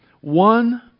one